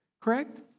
correct